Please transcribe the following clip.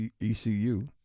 ECU